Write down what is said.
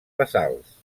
basals